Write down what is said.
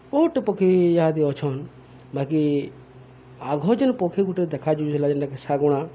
ବହୁତ୍ଟେ ପକ୍ଷୀ ଇହାଦେ ଅଛନ୍ ବାକି ଆଗ ଯେନ୍ ପକ୍ଷୀ ଗୁଟେ ଦେଖାଯାଉଥିଲା ଯେନ୍ଟାକି ଶାଗୁଣା